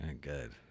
Good